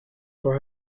for